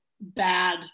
bad